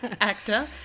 Actor